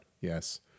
Yes